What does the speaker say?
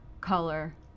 color